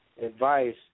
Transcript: advice